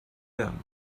them